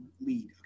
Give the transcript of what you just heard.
lead